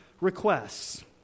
requests